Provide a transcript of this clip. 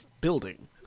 building